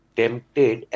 tempted